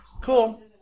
Cool